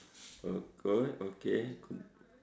okay okay